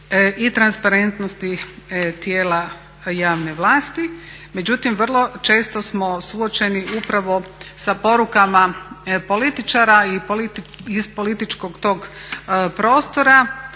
i transparentnosti tijela javne vlasti, međutim vrlo često smo suočeni upravo sa porukama političara iz političkog prostora